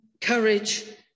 courage